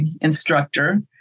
instructor